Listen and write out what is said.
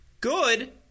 Good